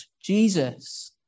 Jesus